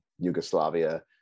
Yugoslavia